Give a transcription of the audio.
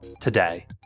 today